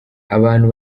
abantu